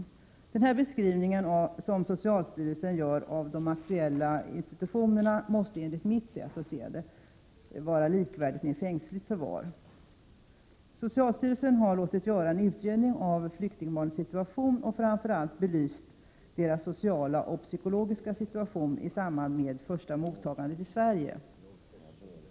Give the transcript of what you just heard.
Den beskrivning som socialstyrelsen gör av de aktuella institutionerna måste enligt mitt sätt att se betyda att förvaring där är likvärdig med fängsligt förvar. 89 Socialstyrelsen har låtit göra en utredning av flyktingbarnens situation och framför allt belyst deras sociala och psykologiska situation i samband med det första mottagandet i Sverige.